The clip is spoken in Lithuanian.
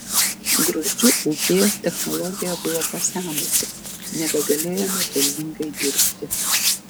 gruzdžių ūkyje technologija buvo pasenusi nebegalėjome pelningai dirbti